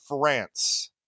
France